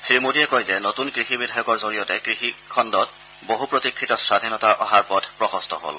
শ্ৰীমোদীয়ে কয় যে নতুন কৃষি বিধেয়কৰ জৰিয়তে কৃষি খণ্ডত বহু প্ৰতীক্ষিত স্বাধীনতা অহাৰ পথ প্ৰশস্ত হ'ল